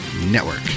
Network